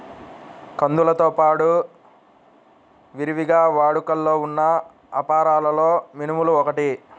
కందులతో పాడు విరివిగా వాడుకలో ఉన్న అపరాలలో మినుములు ఒకటి